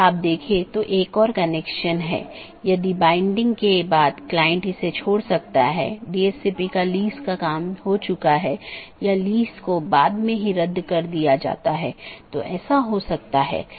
गैर संक्रमणीय में एक और वैकल्पिक है यह मान्यता प्राप्त नहीं है इस लिए इसे अनदेखा किया जा सकता है और दूसरी तरफ प्रेषित नहीं भी किया जा सकता है